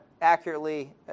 accurately